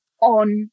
on